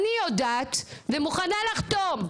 אני יודעת, ומוכנה לחתום,